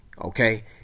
okay